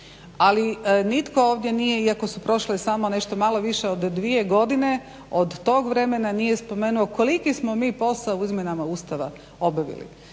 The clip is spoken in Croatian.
Ali nitko ovdje nije iako su prošle samo nešto malo više od dvije godine od tog vremena nije spomenuo koliki smo mi posao u izmjenama Ustava obavili.